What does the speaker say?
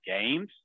games